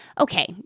Okay